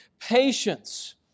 patience